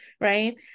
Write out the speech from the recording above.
right